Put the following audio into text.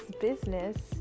business